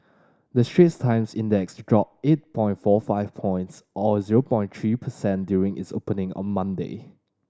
the Straits Times Index dropped eight point four five points or zero point three per cent during its opening on Monday